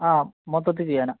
ആ മൊത്തത്തിൽ ചെയ്യാനാണ്